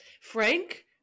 Frank